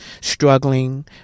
struggling